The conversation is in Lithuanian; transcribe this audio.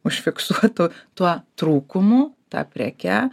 užfiksuotu tuo trūkumu ta preke